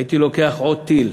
הייתי לוקח עוד טיל,